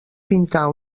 pintar